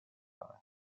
کنند